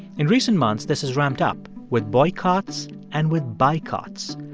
in recent months, this has ramped up with boycotts and with buycotts.